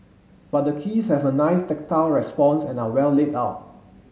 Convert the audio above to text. but the keys have a nice tactile response and are well laid out